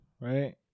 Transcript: Right